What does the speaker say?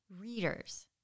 readers